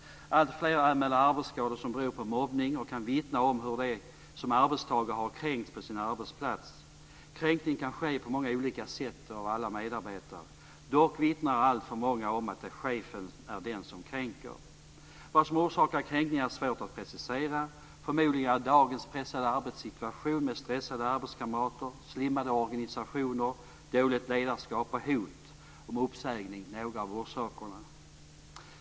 Alltfler anmäler arbetsskador som beror på mobbning, och de kan vittna om hur de som arbetstagare har kränkts på sin arbetsplats. Kränkningen kan ske på många olika sätt och av alla medarbetare. Dock vittnar alltför många om att chefen är den som kränker. Vad som orsakar kränkningar är svårt att precisera. Förmodligen är dagens pressade arbetssituation med stressade arbetskamrater, slimmade organisationer, dåligt ledarskap och hot om uppsägning några av orsakerna.